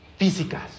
físicas